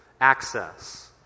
access